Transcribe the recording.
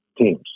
teams